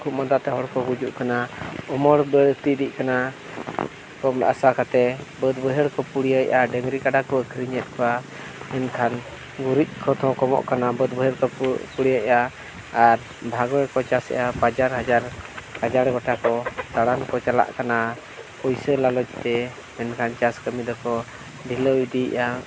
ᱠᱷᱩᱜ ᱢᱟᱫᱟ ᱛᱮ ᱦᱚᱲ ᱠᱚ ᱜᱩᱡᱩᱜ ᱠᱟᱱᱟ ᱩᱢᱮᱹᱨ ᱵᱟᱹᱲᱛᱤ ᱤᱫᱤᱜ ᱠᱟᱱᱟ ᱟᱥᱟ ᱠᱟᱛᱮᱫ ᱵᱟᱹᱫᱽ ᱵᱟᱹᱭᱦᱟᱹᱲ ᱠᱚ ᱯᱩᱲᱭᱟᱹᱭᱮᱜᱼᱟ ᱰᱟᱝᱨᱤ ᱠᱟᱰᱟ ᱠᱚ ᱟᱹᱠᱷᱨᱤᱧᱮᱜ ᱠᱚᱣᱟ ᱢᱮᱱᱠᱷᱟᱱ ᱜᱩᱨᱤᱡ ᱠᱷᱚᱫᱽ ᱦᱚᱸ ᱠᱚᱢᱚᱜ ᱠᱟᱱᱟ ᱵᱟᱹᱫᱽ ᱵᱟᱹᱭᱦᱟᱹᱲ ᱵᱟᱠᱚ ᱪᱷᱩᱲᱭᱟᱹᱣᱮᱜᱼᱟ ᱟᱨ ᱵᱷᱟᱜᱚ ᱨᱮᱠᱚ ᱪᱟᱥᱮᱜᱼᱟ ᱦᱟᱡᱟᱨ ᱦᱟᱡᱟᱨ ᱵᱟᱡᱟᱨ ᱜᱚᱴᱟ ᱠᱚ ᱫᱟᱬᱟᱱ ᱠᱚ ᱪᱟᱞᱟᱜ ᱠᱟᱱᱟ ᱯᱩᱭᱥᱟᱹ ᱞᱟᱞᱚᱪ ᱛᱮ ᱮᱱᱠᱷᱟᱱ ᱪᱟᱥ ᱠᱟᱹᱢᱤ ᱫᱚᱠᱚ ᱰᱷᱤᱞᱟᱹᱣ ᱤᱫᱤᱭᱮᱜᱼᱟ